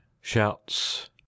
shouts